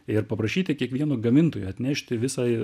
ir paprašyti kiekvieno gamintojo atnešti visą